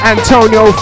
Antonio